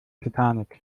titanic